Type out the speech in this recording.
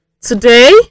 Today